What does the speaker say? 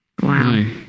Wow